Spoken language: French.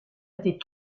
était